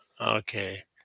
Okay